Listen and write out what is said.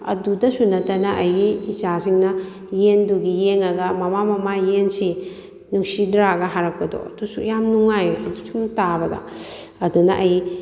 ꯑꯗꯨꯗꯁꯨ ꯅꯠꯇꯅ ꯑꯩꯒꯤ ꯏꯆꯥꯁꯤꯡꯅ ꯌꯦꯟꯗꯨꯒ ꯌꯦꯡꯉꯒ ꯃꯃꯥ ꯃꯃꯥ ꯌꯦꯟꯁꯤ ꯅꯨꯡꯁꯤꯗ꯭ꯔꯥꯒ ꯍꯥꯏꯔꯛꯄꯗꯣ ꯑꯗꯨꯁꯨ ꯌꯥꯝ ꯅꯨꯡꯉꯥꯏ ꯁꯨꯝ ꯇꯥꯕꯗ ꯑꯗꯨꯅ ꯑꯩ